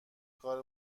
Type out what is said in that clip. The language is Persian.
کار